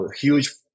huge